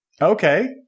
Okay